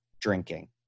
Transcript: drinking